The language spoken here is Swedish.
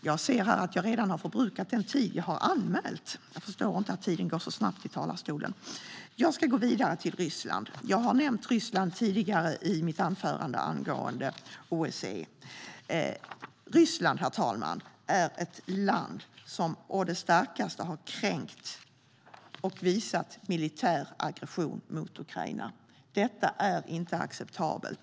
Jag ser att jag redan har förbrukat min talartid och ska gå vidare till Ryssland, som jag nämnde tidigare i mitt anförande angående OSSE. Herr talman! Ryssland är ett land som å det starkaste har kränkt och visat militär aggression mot Ukraina. Detta är inte acceptabelt.